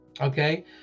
okay